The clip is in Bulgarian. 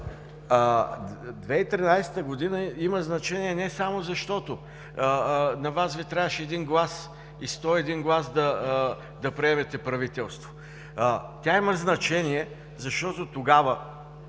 2013 г. има значение не само защото на Вас Ви трябваше един глас и сто и един гласа, за да приемете правителство, тя има значение, защото тогава